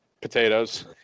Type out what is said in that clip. potatoes